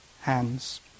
hands